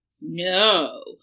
No